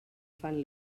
fan